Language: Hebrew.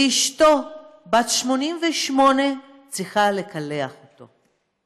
ואשתו, בת 88, צריכה לקלח אותו,